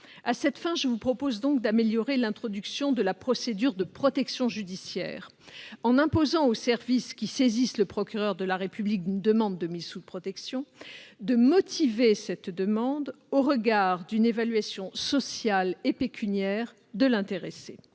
À cette fin, je vous propose donc d'améliorer l'introduction de la procédure de protection judiciaire en imposant aux services qui saisissent le procureur de la République d'une demande de mise sous protection de motiver cette demande au regard d'une évaluation sociale et pécuniaire de l'intéressé.